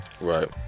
Right